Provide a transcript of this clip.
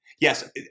Yes